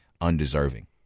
undeserving